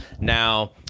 Now